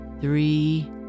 three